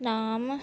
ਨਾਮ